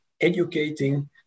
educating